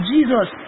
Jesus